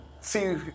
see